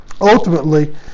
ultimately